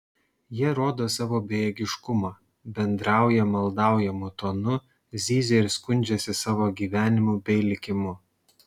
jie rodo savo bejėgiškumą bendrauja maldaujamu tonu zyzia ir skundžiasi savo gyvenimu bei likimu